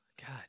God